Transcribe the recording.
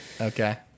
Okay